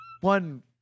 One